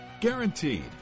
Guaranteed